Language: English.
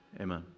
Amen